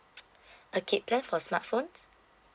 okay plan for smart phones